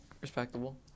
Respectable